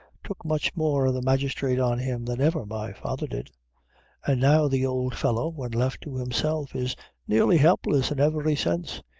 took much more of the magistrate on him than ever my father did and now the old fellow, when left to himself, is nearly helpless in every sense.